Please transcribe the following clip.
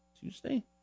Tuesday